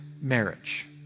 marriage